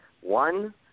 One